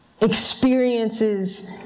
experiences